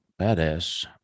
badass